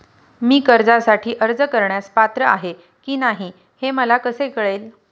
मी कर्जासाठी अर्ज करण्यास पात्र आहे की नाही हे मला कसे कळेल?